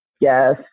yes